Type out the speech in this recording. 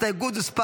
הסתייגות מס'